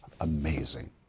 Amazing